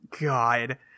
God